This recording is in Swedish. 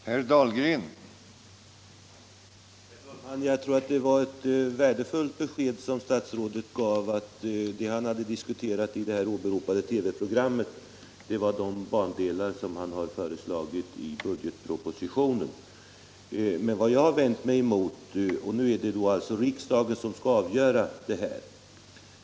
Herr talman! Det var ett värdefullt besked som statsrådet gav att det han diskuterade i det åberopade TV-programmet var de bandelar som finns angivna i budgetpropositionen. Nu är det alltså riksdagen som skall avgöra frågan.